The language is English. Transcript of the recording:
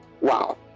wow